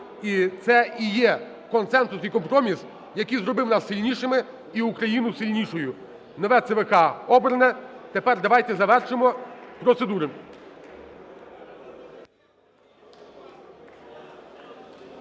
і це і є консенсус, і компроміс, який зробив нас сильнішими і Україну сильнішою. Нове ЦВК обране, тепер давайте завершимо процедури.